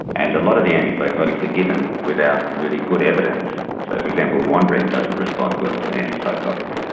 and a lot of the anti-psychotics are given without really good evidence, so for example wandering doesn't respond well to anti-psychotics.